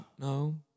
No